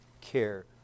care